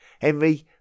Henry